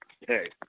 hey